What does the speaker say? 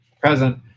present